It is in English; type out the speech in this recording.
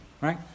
right